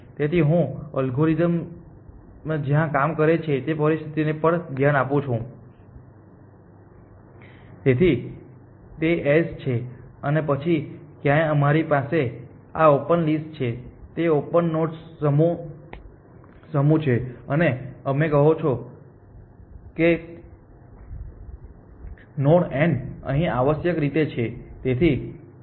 તેથી હું આ અલ્ગોરિધમ જ્યાં કામ કરે છે તે પરિસ્થિતિને પણ સ્થાન આપું છું તેથી તે S છે અને પછી ક્યાંક અમારી પાસે આ ઓપન લિસ્ટ છે તે ઓપન નોડ્સનો સમૂહ છે અને અમને કહો કે આ નોડ n અહીં આવશ્યક રીતે છે